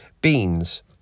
beans